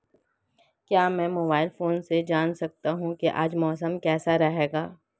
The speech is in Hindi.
क्या मैं मोबाइल फोन से जान सकता हूँ कि आज मौसम कैसा रहेगा?